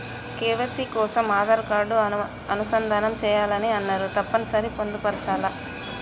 KYC కోసం Aadhaar card అనుసంధానం చేయాలని అన్నరు తప్పని సరి పొందుపరచాలా?